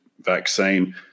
vaccine